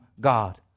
God